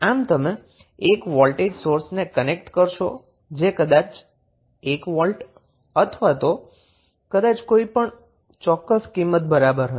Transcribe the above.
આમ તમે એક વોલ્ટેજ સોર્સને કનેક્ટ કરશો જે કદાચ 1 વોલ્ટ અથવા તો કદાચ કોઈપણ ચોક્કસ કિંમત બરાબર હશે